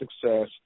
success